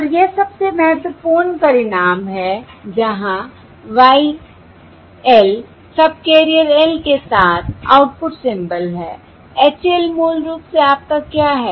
और यह सबसे महत्वपूर्ण परिणाम है जहां Y l सबकैरियर l के साथ आउटपुट सिंबल है H l मूल रूप से आपका क्या है